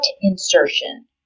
insertion